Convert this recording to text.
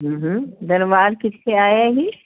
दरबार किथे आहे हीउ